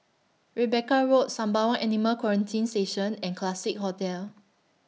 Rebecca Road Sembawang Animal Quarantine Station and Classique Hotel